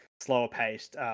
slower-paced